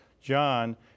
John